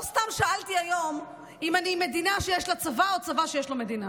לא סתם שאלתי היום אם אני מדינה שיש לה צבא או צבא שיש לו מדינה.